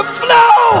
flow